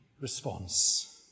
response